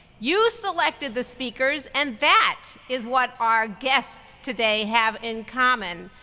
you selected the speakers, and that is what our guests today have in common.